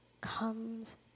comes